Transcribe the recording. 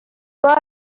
بار